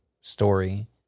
story